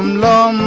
la